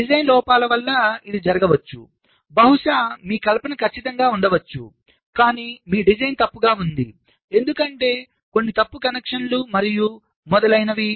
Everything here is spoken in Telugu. డిజైన్ లోపాల వల్ల ఇది జరగవచ్చు బహుశా మీ కల్పన ఖచ్చితంగా ఉండవచ్చు కానీ మీ డిజైన్ తప్పుగా ఉంది ఎందుకంటే కొన్ని తప్పు కనెక్షన్లు మరియు మొదలైనవి